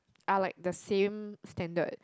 are like the same standard